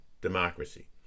democracy